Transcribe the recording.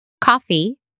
coffee